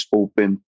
open